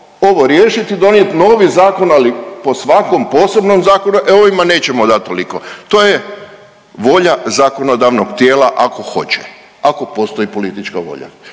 ovo riješiti i donijeti novi zakon, ali po svakom posebnom zakonu e ovima nećemo dati toliko. To je volja zakonodavnog tijela ako hoće, ako postoji politička volja.